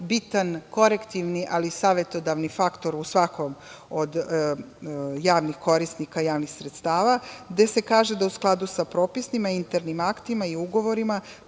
bitan korektivni, ali i savetodavni faktor u svakom od javnih korisnika javnih sredstava gde se kaže da, u skladu sa propisima, internim aktima i ugovorima,